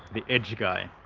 the edge guy.